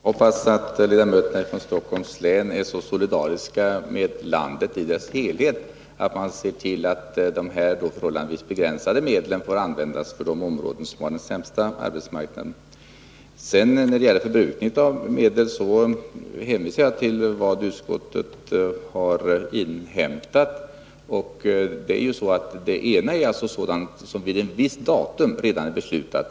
Herr talman! Jag hoppas att ledamöterna i Stockholms län är så solidariska med landet i dess helhet att de ser till att de förhållandevis begränsade medel som det gäller får användas inom de områden som har den sämsta arbetsmarknaden. När det sedan gäller förbrukningen av medel hänvisar jag till vad utskottet har inhämtat. Å ena sidan gäller det sådant som vid ett visst datum redan är beslutat.